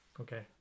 Okay